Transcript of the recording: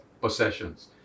possessions